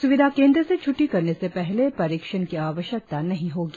स्विधा केंद्र से छ्ट्टी करने से पहले परीक्षण की आवश्यकता नही होगी